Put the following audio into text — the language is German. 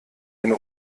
eine